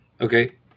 Okay